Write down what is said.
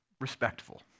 respectful